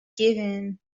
giving